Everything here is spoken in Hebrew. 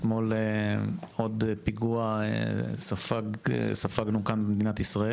אתמול ספגנו עוד פיגוע כאן, במדינת ישראל.